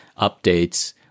updates